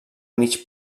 mig